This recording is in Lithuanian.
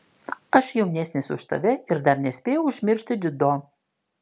aš jaunesnis už tave ir dar nespėjau užmiršti dziudo